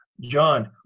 John